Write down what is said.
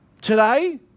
today